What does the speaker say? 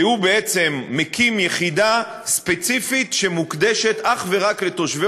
שהוא בעצם מקים יחידה ספציפית שמוקדשת אך ורק לתושבי